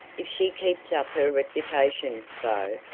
if she keeps up her reputation, though,